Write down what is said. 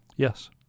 Yes